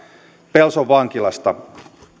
pelson vankilasta